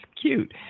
cute